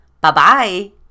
Bye-bye